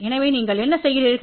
எனவே நீங்கள் என்ன செய்கிறீர்கள்